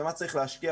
במה צריך להשקיע,